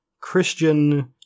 Christian